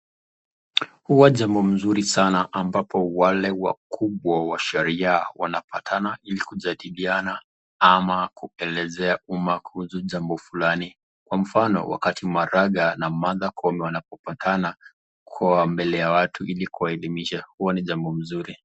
Huwa jambo mzuri sana ambapo wale wakubwa washyaa wanapatana Ili kujadiliana ama kuelezea umma kuhusu jambo Fulani kwa mfano , wakati maraga na Martha Koome wanappatana kwa mbele ya watu Ili kuwaelimisha Huwa ni jambo nzuri.